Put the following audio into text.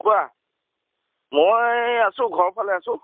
কোৱা মই আছোঁ ঘৰৰ ফালে আছোঁ